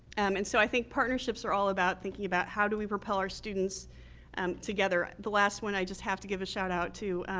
and so i think partnerships are all about thinking about how do we propel our students together? the last one i just have to give a shout out to.